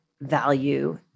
value